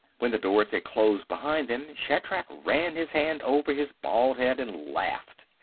when the doors had closed behind them, shatrak ran his hand over his bald head and laughed.